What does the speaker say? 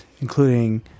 Including